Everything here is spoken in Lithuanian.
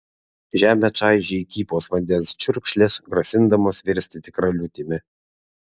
žemę čaižė įkypos vandens čiurkšlės grasindamos virsti tikra liūtimi